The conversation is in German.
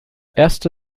erste